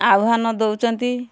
ଆହ୍ୱାନ ଦଉଛନ୍ତି